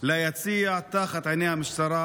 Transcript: ליציע תחת עיני המשטרה?